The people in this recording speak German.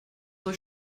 euch